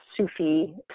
Sufi